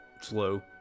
slow